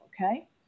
Okay